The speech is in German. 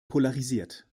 polarisiert